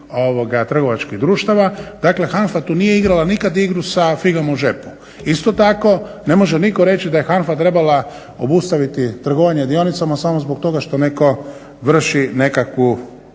HANFA tu nije igrala nikad igru sa figom u džepu. Isto tako ne može nitko reći da je HANFA trebala obustaviti trgovanje dionicama samo zbog toga što neko vrši nekakvu